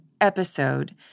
episode